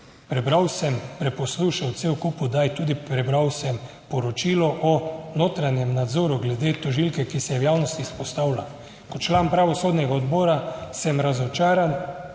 Prebral sem, poslušal cel kup oddaj, tudi prebral sem poročilo o notranjem nadzoru glede tožilke, ki se je v javnosti izpostavlja kot član pravosodnega odbora, sem razočaran,